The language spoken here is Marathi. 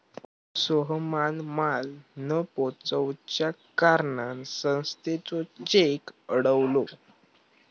सोहमान माल न पोचवच्या कारणान संस्थेचो चेक अडवलो